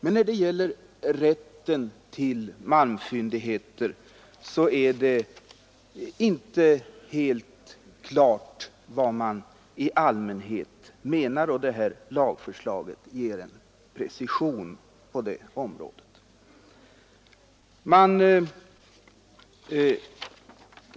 Men när det gäller rätten till malmfyndigheter ger det här lagförslaget en precision av rättsbegreppet.